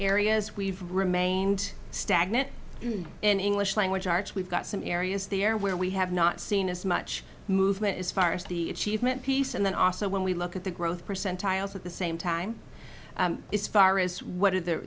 areas we've remained stagnant in english language arts we've got some areas there where we have not seen as much movement as far as the it's piece and then also when we look at the growth percentiles at the same time is far is what are